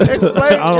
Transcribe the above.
Explain